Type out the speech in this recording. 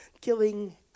killing